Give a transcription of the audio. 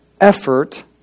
effort